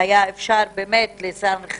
והיה אפשר לסנכרן